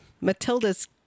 Matilda's